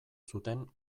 zuten